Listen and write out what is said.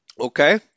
okay